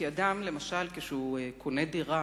כשאדם קונה דירה,